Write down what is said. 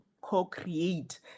co-create